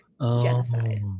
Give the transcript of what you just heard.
genocide